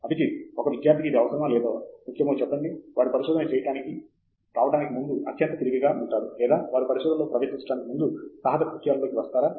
అభిజిత్ ఒక విద్యార్థికి ఇది అవసరమా లేదా ముఖ్యమో చెప్పండి వారు పరిశోధన చేయడానికి రావటానికి ముందు అత్యంత తెలివిగా ఉంటారు లేదా వారు పరిశోధనలో ప్రవేశించడానికి ముందు సాహస కృత్యాల లోకి వస్తారా